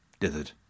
dithered